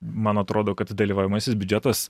man atrodo kad dalyvaujamasis biudžetas